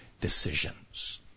decisions